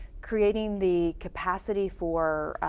creating the capacity for